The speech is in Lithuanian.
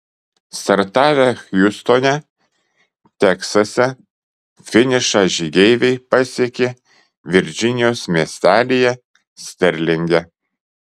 startavę hjustone teksase finišą žygeiviai pasiekė virdžinijos miestelyje sterlinge